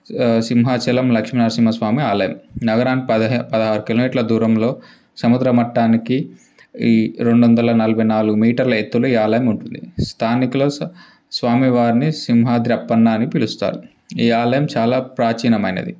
సింహాచలం లక్ష్మీనరసింహ స్వామి ఆలయం నగరానికి పదిహేను పదహారు కిలోమీటర్ల దూరంలో సముద్ర మట్టానికి ఈ రెండు వందల నలభై నాలుగు మీటర్ల ఎత్తులో ఈ ఆలయం ఉంటుంది స్థానికులు స్వా స్వామివారిని సింహాద్రి అప్పన్న అని పిలుస్తారు ఈ ఆలయం చాలా ప్రాచీనమైనది